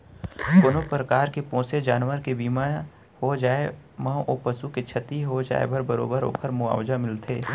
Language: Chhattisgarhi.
कोनों परकार के पोसे जानवर के बीमा हो जाए म ओ पसु के छति हो जाए म बरोबर ओकर मुवावजा मिलथे